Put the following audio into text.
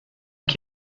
qui